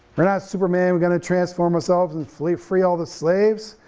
we're not superman, we're gonna transform ourselves and free free all the slaves,